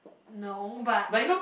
no but I